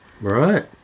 Right